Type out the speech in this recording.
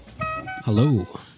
Hello